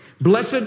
Blessed